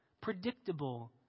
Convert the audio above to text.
predictable